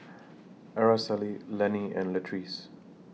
Araceli Lenny and Latrice